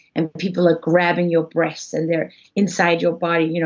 and people are grabbing your breasts and they're inside your body, you know